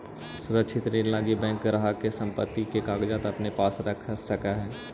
सुरक्षित ऋण लगी बैंक ग्राहक के संपत्ति के कागजात अपने पास रख सकऽ हइ